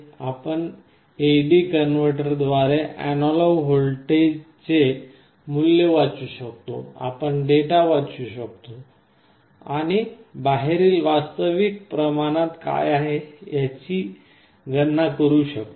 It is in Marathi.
आपण AD कन्व्हर्टर द्वारे अॅनालॉग व्होल्टेजचे मूल्य वाचू शकतो आपण डेटा वाचू शकतो आणि बाहेरील वास्तविक तापमान काय आहे याची गणना करू शकतो